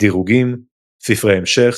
דירוגים ספרי המשך